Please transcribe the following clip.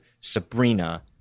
Sabrina